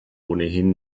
ohnehin